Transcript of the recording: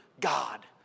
God